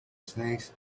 snakes